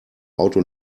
auto